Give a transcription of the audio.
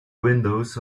windows